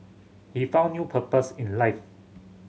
he found new purpose in life